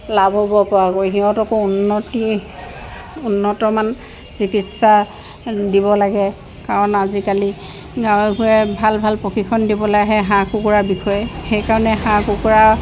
লাভ হ'ব পৰাকৈ সিহঁতকো উন্নত উন্নতমানৰ চিকিৎসা দিব লাগে কাৰণ আজিকালি গাঁৱে ভূঁঞে ভাল ভাল প্ৰশিক্ষণ দিবলৈ আহে হাঁহ কুকুৰাৰ বিষয়ে সেইকাৰণে হাঁহ কুকুৰা